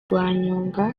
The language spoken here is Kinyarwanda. rwanyonga